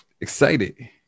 excited